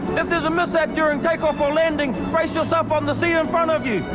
if there's a mishap during take off or landing, brace yourself on the seat in front of you.